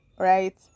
right